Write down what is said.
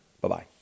Bye-bye